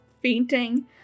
fainting